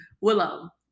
Willow